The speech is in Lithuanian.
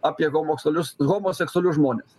apie homoksalius homoseksualius žmones